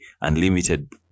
unlimited